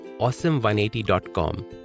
awesome180.com